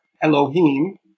Elohim